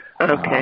Okay